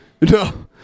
No